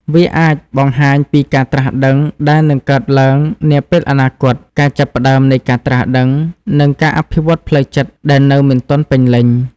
វាអាចបង្ហាញពីការត្រាស់ដឹងដែលនឹងកើតឡើងនាពេលអនាគត ការចាប់ផ្តើមនៃការត្រាស់ដឹង និងការអភិវឌ្ឍផ្លូវចិត្តដែលនៅមិនទាន់ពេញលេញ។